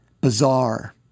Bizarre